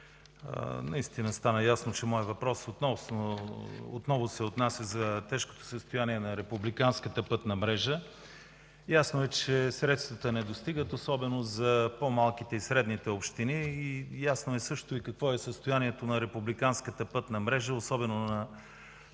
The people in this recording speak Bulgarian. Наистина стана ясно, че въпросът ми отново се отнася за тежкото състояние на републиканската пътна мрежа. Ясно е, че средствата не достигат особено за по-малките и средните общини. Ясно е също и какво е състоянието на републиканската пътна мрежа особено на